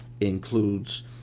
includes